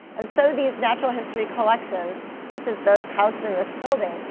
and so these natural history collections, such as those housed in this building,